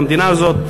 על המדינה הזאת.